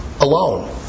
alone